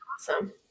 awesome